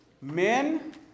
Men